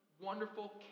wonderful